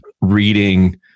reading